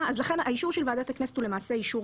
האישור של ועדת הכנסת הוא למעשה אישור